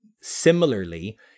Similarly